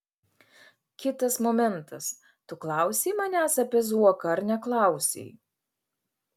kitas momentas tu klausei manęs apie zuoką ar neklausei